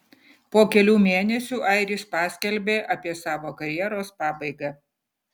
po kelių mėnesių airis paskelbė apie savo karjeros pabaigą